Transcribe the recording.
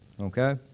okay